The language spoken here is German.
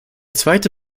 zweite